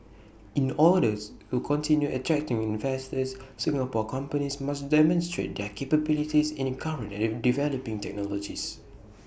in orders to continue attracting investors Singapore companies must demonstrate their capabilities in current and developing technologies